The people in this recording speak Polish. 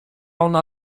ona